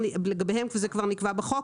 לגביהם זה כבר נקבע בחוק,